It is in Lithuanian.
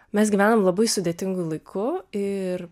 mes gyvenam labai sudėtingu laiku ir